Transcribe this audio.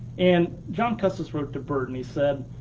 and john custis wrote to byrd and he said,